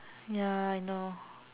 ya I know